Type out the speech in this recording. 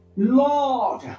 Lord